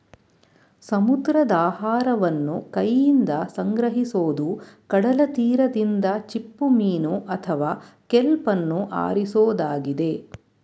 ಸಮುದ್ರಾಹಾರವನ್ನು ಕೈಯಿಂದ ಸಂಗ್ರಹಿಸೋದು ಕಡಲತೀರದಿಂದ ಚಿಪ್ಪುಮೀನು ಅಥವಾ ಕೆಲ್ಪನ್ನು ಆರಿಸೋದಾಗಿದೆ